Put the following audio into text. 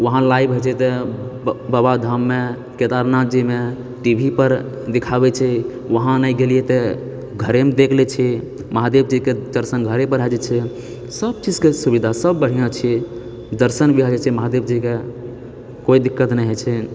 वहांँ लाइव होइत छै तऽ बाबाधाममे केदारनाथ जीमे टी भी पर दिखाबै छै वहांँ नहि गेलियै तऽ घरेमे देख लए छी महादेव जी कऽ दर्शन घरे पर भए जाइत छै सबचीजके सुविधा सब बढ़िआँ छियै दर्शन भी भए जाइत छै महादेव जीके कोइ दिक्कत नहि होइत छै